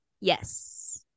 Yes